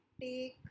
take